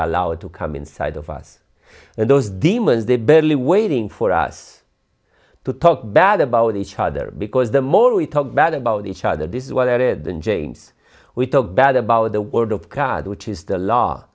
are allowed to come inside of us and those demons they barely waiting for us to talk bad about each other because the more we talk bad about each other this is what i read than james we talk bad about the word of god which is the law